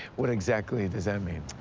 what exactly does that mean?